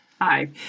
Hi